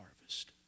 harvest